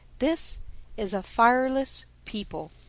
this is a fireless people.